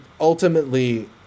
ultimately